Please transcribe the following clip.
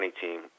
team